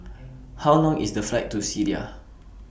How Long IS The Flight to Syria